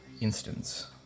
instance